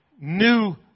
new